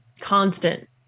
constant